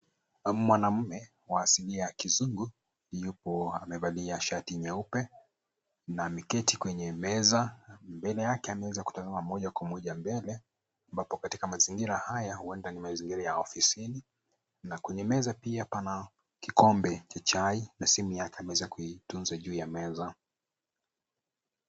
Mwanaume wa asilia ya kizungu, yupo amevalia shati nyeupe na ameketi kwenye meza. Mbele yake ameweza kutazama moja kwa moja mbele, ambapo katika mazingira haya huenda ni mazingira ya ofisini na kwenye meza pia pana kikombe cha chai na simu yake ameweza kuitunza juu ya meza.